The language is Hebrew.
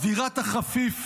אווירת החפיף